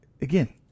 again